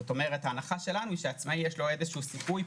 ההנחה שלנו היא שלעצמאי יש איזשהו סיכוי,